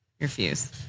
refuse